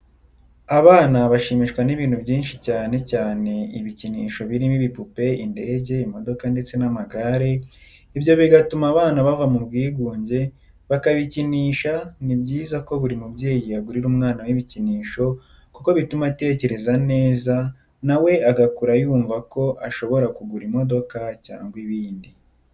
Abana bashimishwa n'ibintu byinshi cyane cyane ibikinisho birimo, ibipope, indege, imodoka ndetse n'amagare, ibyo bigatuma abana bava mu bwigunge bakabikinisha, ni byiza ko buri mubyeyi agurira umwana we ibikinisho kuko bituma atekereza neza na we agakura yumva ko ashobora kugura imodoka cyangwa ibindi.